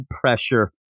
pressure